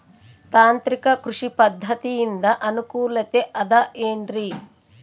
ತಾಂತ್ರಿಕ ಕೃಷಿ ಪದ್ಧತಿಯಿಂದ ಅನುಕೂಲತೆ ಅದ ಏನ್ರಿ?